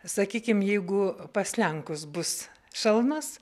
sakykim jeigu pas lenkus bus šalnos